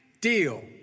deal